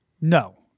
No